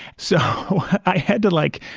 so i had to, like,